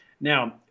Now